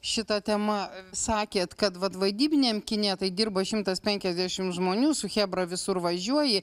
šita tema sakėt kad vat vaidybiniam kine tai dirbo šimtas penkiasdešimt žmonių su chebra visur važiuoji